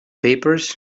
papers